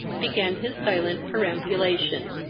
began his silent perambulation.